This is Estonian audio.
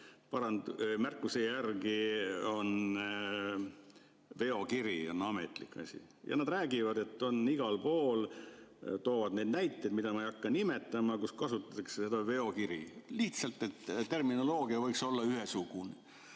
märkuse järgi on veokiri ametlik asi ja nad räägivad, et see on igal pool, nad toovad neid näiteid, mida ma ei hakka nimetama, kus kasutatakse seda terminit "veokiri". Lihtsalt, terminoloogia võiks olla ühesugune.